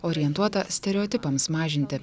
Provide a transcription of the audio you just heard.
orientuota stereotipams mažinti